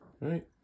right